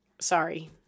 sorry